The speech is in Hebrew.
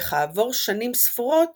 וכעבור שנים ספורות